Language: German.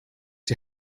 die